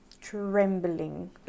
trembling